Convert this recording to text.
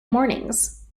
mornings